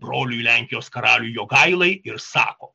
broliui lenkijos karaliui jogailai ir sako